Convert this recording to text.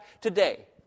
today